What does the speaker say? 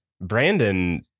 Brandon